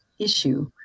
issue